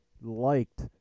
liked